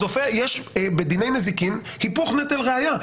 אז יש בדיני נזיקין היפוך נטל ראיה.